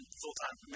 full-time